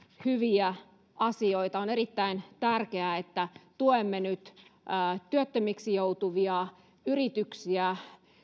hyviä asioita on erittäin tärkeää että tuemme nyt niin työttömiksi joutuvia yrityksiä